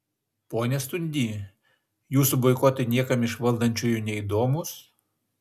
pone stundy jūsų boikotai niekam iš valdančiųjų neįdomūs